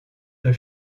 the